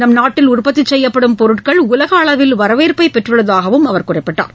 நம்நாட்டில் உற்பத்திச் செய்யப்படும் பொருட்கள் உலகளவில் வரவேற்பை பெற்றுள்ளதாகவும் அவர் கூறினார்